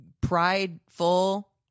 prideful